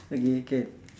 okay can